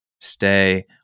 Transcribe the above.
stay